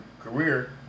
career